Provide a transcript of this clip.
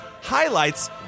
highlights